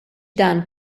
dan